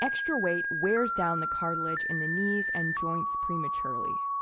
extra weight wears down the cartilage in the knees and joints prematurely.